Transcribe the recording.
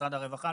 משרד הרווחה,